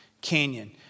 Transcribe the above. Canyon